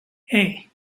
hey